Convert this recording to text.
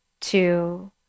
two